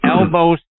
elbows